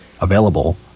available